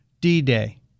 D-Day